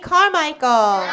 Carmichael